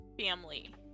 family